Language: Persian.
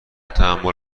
تحمل